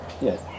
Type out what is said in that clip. Yes